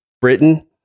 Britain